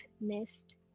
nest